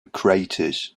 craters